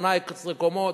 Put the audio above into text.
18 קומות,